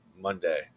Monday